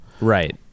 Right